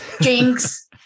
Jinx